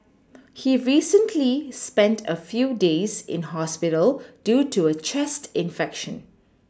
he recently spent a few days in hospital due to a chest infection